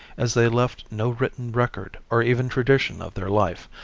as they left no written record or even tradition of their life,